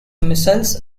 missiles